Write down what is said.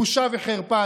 בושה וחרפה,